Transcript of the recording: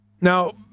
Now